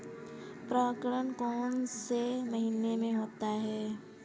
परागण कौन से महीने में होता है?